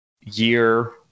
year